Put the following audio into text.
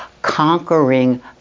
conquering